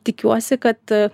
tikiuosi kad